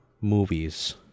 movies